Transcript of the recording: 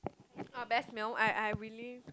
uh best meal I I really